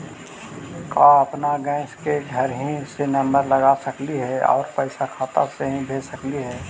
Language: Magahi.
का अपन गैस के घरही से नम्बर लगा सकली हे और पैसा खाता से ही भेज सकली हे?